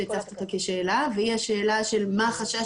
שהצפת אותה כשאלה והיא השאלה של מה החשש